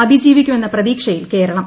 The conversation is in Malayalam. ഇന്ന് അതിജീവിക്കുമെന്ന പ്രതീക്ഷയിൽ കേരളം